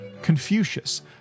Confucius